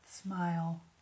Smile